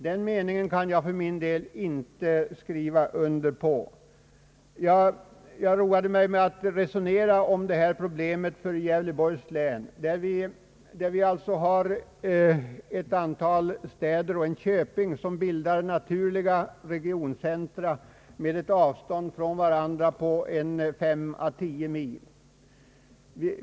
Den meningen kan jag för min del inte skriva under. Jag har roat mig med att resonera om det här problemet för Gävleborgs läns del. I länet finns ett antal städer och en köping, vilka utgör naturliga regioncentra med ett avstånd från varandra av fem å tio mil.